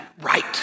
right